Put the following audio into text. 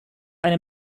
eine